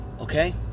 okay